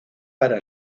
para